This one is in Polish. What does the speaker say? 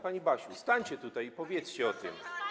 Pani Basiu, stańcie tutaj i powiedzcie o tym.